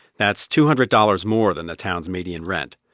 that's two hundred dollars more than the town's median rent.